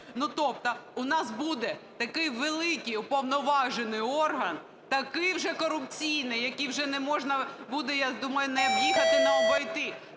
Тобто у нас буде такий великий уповноважений орган такий вже корупційний, який вже не можна буде, я думаю, ні об'їхати, ні обійти.